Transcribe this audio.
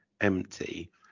empty